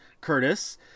Curtis